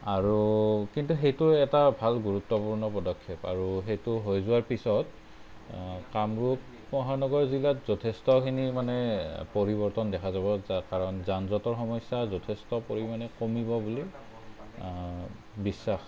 আৰু কিন্তু সেইটো এটা ভাল গুৰুত্বপূৰ্ণ পদক্ষেপ আৰু সেইটো হৈ যোৱাৰ পিছত কামৰূপ মহানগৰ জিলাত যথেষ্টখিনি মানে পৰিৱৰ্তন দেখা যাব যা কাৰণ যান জঁটৰ সমস্যা যথেষ্ট পৰিমাণে কমিব বুলি বিশ্বাস